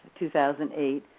2008